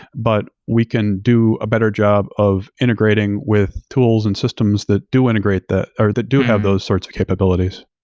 but we can do a better job of integrating with tools and systems that do integrate that, or that do have those sorts of capabilities.